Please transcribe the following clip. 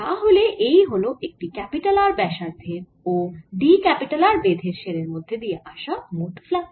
তাহলে এই হল একটি R ব্যাসার্ধ ও d R বেধের শেলের মধ্যে দিয়ে আসা মোট ফ্লাক্স